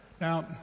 Now